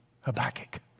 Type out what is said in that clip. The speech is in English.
Habakkuk